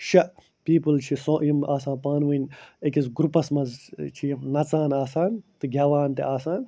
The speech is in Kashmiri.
شےٚ پیٖپُل چھِ یِم آسان پانہٕ وٕنۍ أکِس گرٛوٚپَس منٛز چھِ یِم نژان آسان تہٕ گٮ۪وان تہِ آسان